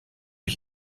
ich